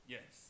Yes